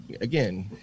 again